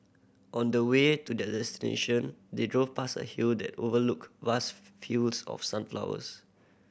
on the way to their destination they drove past a hill that overlooked vast fields of sunflowers